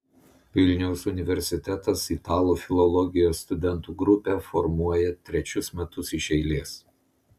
vilniaus universitetas italų filologijos studentų grupę formuoja trečius metus iš eilės